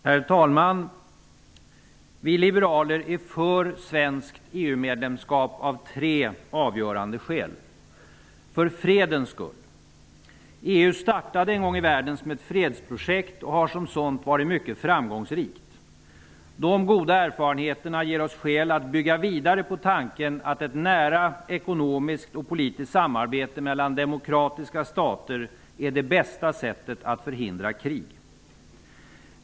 Herr talman! Vi liberaler är för svenskt EU medlemskap av tre avgörande skäl. För det första: för fredens skull. EU startade en gång i världen som ett fredsprojekt och har som sådant varit mycket framgångsrikt. De goda erfarenheterna ger oss skäl att bygga vidare på tanken att ett nära ekonomiskt och politiskt samarbete mellan demokratiska stater är det bästa sättet att förhindra krig.